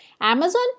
Amazon